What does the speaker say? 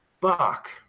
Fuck